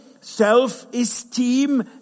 self-esteem